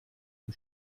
dem